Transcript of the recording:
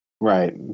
Right